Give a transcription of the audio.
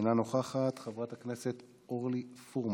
אינה נוכחת, חברת הכנסת אורלי פורמן,